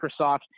Microsoft